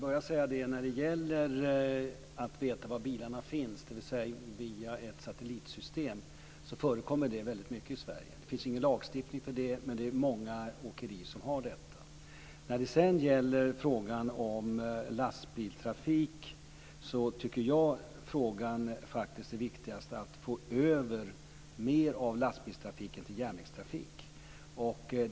Fru talman! Det här med att veta var bilarna finns med hjälp av ett satellitsystem förekommer väldigt mycket i Sverige. Det finns ingen lagstiftning om det, men det är många åkerier som har det. När det gäller frågan om lastbilstrafik tycker jag faktiskt att det viktigaste är att få över mer av lastbilstrafiken till järnvägstrafik.